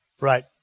Right